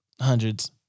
hundreds